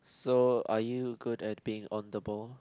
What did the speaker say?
so are you good at being on the ball